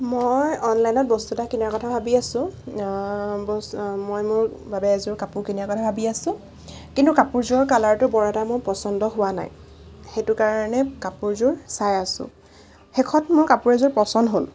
মই অনলাইনত বস্তু এটা কিনাৰ কথা ভাবি আছোঁ ব মই মোৰ বাবে এযোৰ কাপোৰ কিনাৰ কথা ভাবি আছোঁ কিন্তু কাপোৰযোৰৰ কালাৰটো মোৰ বৰ এটা মোৰ পচন্দ হোৱা নাই সেইটো কাৰণে কাপোৰযোৰ চাই আছোঁ শেষত মোৰ কাপোৰ এযোৰ পচন্দ হ'ল